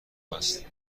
هست